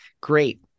great